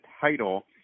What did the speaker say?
title